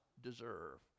deserve